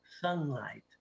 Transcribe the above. sunlight